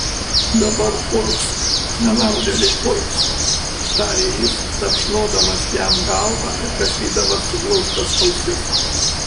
dabar urgzk nenaudėli urgzk tarė jis tapšnodamas jam galvą ir kasydamas suglaustas ausis